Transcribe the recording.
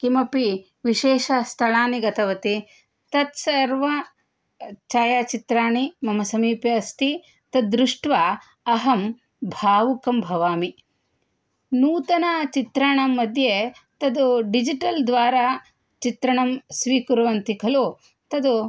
किमपि विशेषस्थलानि गतवती तत्सर्वं छायाचित्राणि मम समीपे अस्ति तद्दृष्ट्वा अहं भावुकं भवामि नूतनचित्राणां मध्ये तत् डिजिटल् द्वारा चित्रणं स्वीकुर्वन्ति खलु तत्